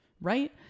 right